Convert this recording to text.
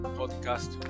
podcast